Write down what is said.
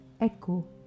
Echo